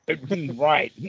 right